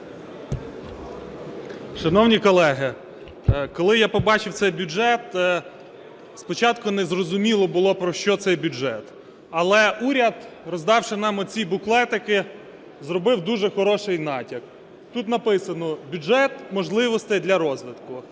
Шановні колеги, коли я побачив цей бюджет, спочатку незрозуміло було про що цей бюджет. Але уряд, роздавши нам оці буклетики, зробив дуже хороший натяк, тут написано: бюджет можливостей для розвитку.